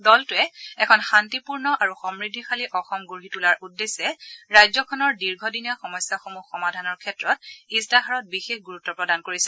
দলটোৱে এখন শান্তিপূৰ্ণ আৰু সমূদ্ধিশালী অসম গঢ়ি তোলাৰ উদ্দেশ্যে ৰাজ্যখনৰ দীৰ্ঘদিনীয়া সমস্যাসমূহ সমাধানৰ ক্ষেত্ৰত ইস্তাহাৰত বিশেষ গুৰুত্ব প্ৰদান কৰিছে